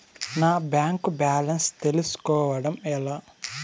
నా bank balance తెలుస్కోవడం ఎలా?